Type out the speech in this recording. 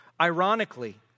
Ironically